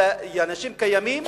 אלא האנשים קיימים,